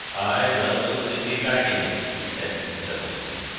aye, well, we'll soon be back in it, he said, consolingly.